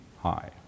high